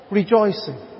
rejoicing